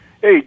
Hey